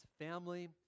family